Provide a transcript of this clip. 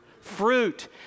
Fruit